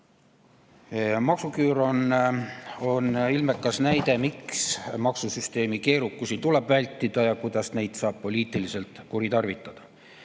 Maksuküür on ilmekas näide, miks maksusüsteemi keerukusi tuleb vältida ja kuidas neid saab poliitiliselt kuritarvitada.